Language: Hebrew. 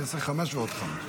אני אעלה, אני אעשה חמש ועוד חמש.